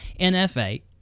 NFA